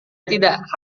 tidak